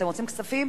אתם רוצים כספים?